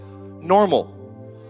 normal